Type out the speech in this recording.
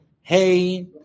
Hey